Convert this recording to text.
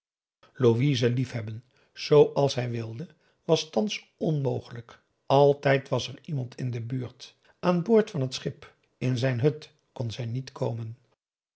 louise liefhebben zooals hij wilde was thans onmogelijk altijd was er iemand in de buurt aan boord van het schip in zijn hut kon zij niet komen